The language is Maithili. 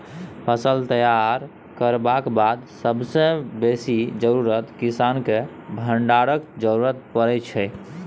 फसल तैयार करबाक बाद सबसँ बेसी जरुरत किसानकेँ भंडारणक जरुरत परै छै